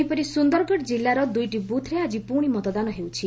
ସେହିପରି ସୁନ୍ଦରଗଡ଼ ଜିଲ୍ଲାର ଦୁଇଟି ବୁଥ୍ରେ ଆଜି ପୁଶି ମତଦାନ ହେଉଛି